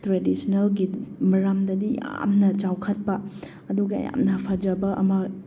ꯇ꯭ꯔꯦꯗꯤꯁꯟꯅꯦꯜꯒꯤ ꯃꯔꯝꯗꯗꯤ ꯌꯥꯝꯅ ꯆꯥꯎꯈꯠꯄꯥ ꯑꯗꯨꯒ ꯌꯥꯝꯅ ꯐꯖꯕ ꯑꯃ